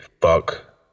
Fuck